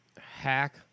hack